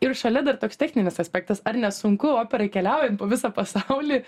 ir šalia dar toks techninis aspektas ar nesunku operai keliaujant po visą pasaulį